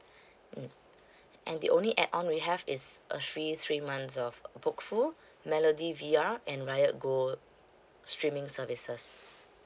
mm and the only add on we have is a three three months of Bookful melody V_R and raya gold streaming services